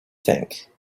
think